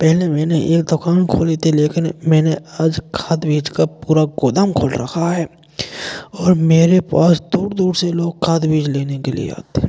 पहले मैंने एक दुकान खोली थी लेकिन मैंने आज खाद बीज का पूरा गोदाम खोल रखा है और मेरे पास दूर दूर से लोग खाद बीज लेने के लिए आते हैं